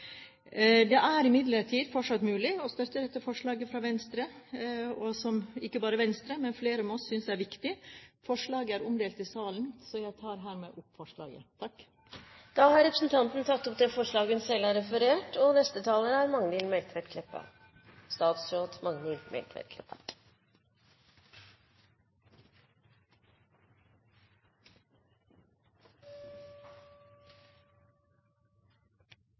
Det er imidlertid fortsatt mulig å støtte forslaget fra Venstre – som ikke bare Venstre, men flere med oss synes er viktig. Forslaget er omdelt i salen. Jeg tar herved opp forslaget. Representanten Borghild Tenden har tatt opp det forslaget hun refererte til. Unge og uerfarne bilførarar er